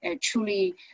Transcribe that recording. truly